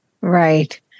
right